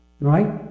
right